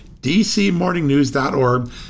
dcmorningnews.org